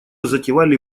затевали